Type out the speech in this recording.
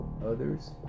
others